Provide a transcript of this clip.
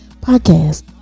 podcast